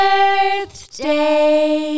Birthday